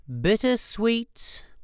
bittersweet